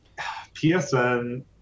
psn